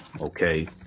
Okay